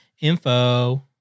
info